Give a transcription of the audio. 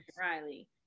Riley